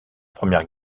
première